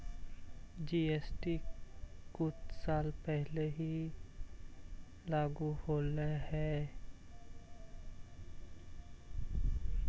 GST कुछ साल पहले ही लागू होलई हे